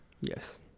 Yes